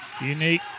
Unique